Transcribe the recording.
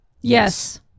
Yes